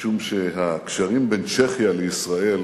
משום שהקשרים בין צ'כיה לישראל,